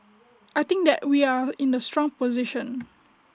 I think that we are in A strong position